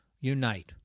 unite